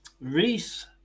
Reese